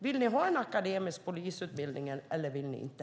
Vill ni ha en akademisk polisutbildning eller inte?